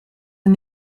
een